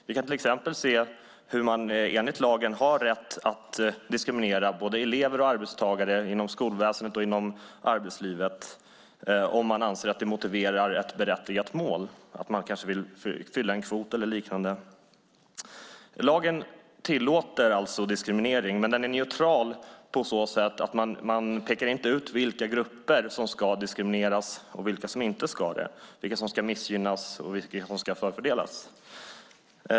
Vi kan till exempel se hur man enligt lagen har rätt att diskriminera både elever och arbetstagare inom skolväsendet och inom arbetslivet om man anser att det motiverar ett berättigat mål - att man kanske vill fylla en kvot eller liknande. Lagen tillåter alltså diskriminering, men den är neutral på så sätt att man inte pekar ut vilka grupper som ska diskrimineras och vilka som inte ska det. Man pekar inte ut vilka som ska missgynnas och förfördelas.